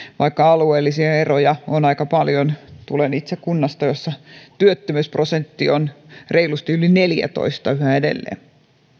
vaikka alueellisia eroja on aika paljon tulen itse kunnasta jossa työttömyysprosentti on reilusti yli neljätoista yhä edelleen